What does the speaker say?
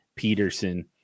peterson